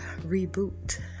reboot